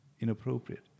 inappropriate